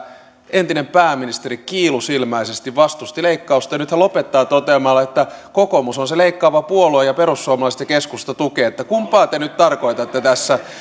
entinen pääministeri kiilusilmäisesti vastusti leikkausta ja nyt hän lopettaa toteamalla että kokoomus on se leikkaava puolue ja perussuomalaiset ja keskusta tukevat kumpaa te nyt tarkoitatte tässä tämä